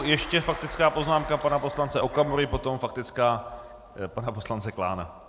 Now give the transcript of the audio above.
Ještě faktická poznámka pana poslance Okamury, potom faktická pana poslance Klána.